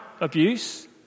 abuse